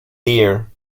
dear